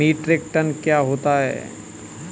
Metric ton क्या होता है?